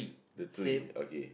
the tree okay